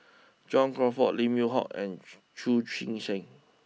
John Crawfurd Lim Yew Hock and Chu Chee Seng